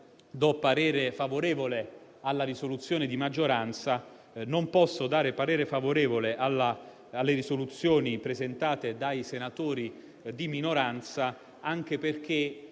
parere favorevole sulla risoluzione di maggioranza e non posso esprimere parere favorevole sulle risoluzioni presentate dai senatori di minoranza, anche perché